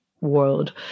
world